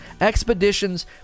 Expeditions